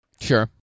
Sure